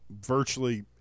virtually